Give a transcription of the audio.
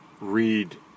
read